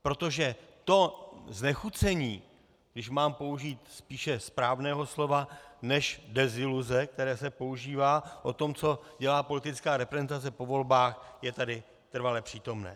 Protože to znechucení, když mám použít spíše správného slova než deziluze, které se používá, o tom, co dělá politická reprezentace po volbách, je tady trvale přítomné.